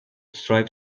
strive